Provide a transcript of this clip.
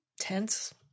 tense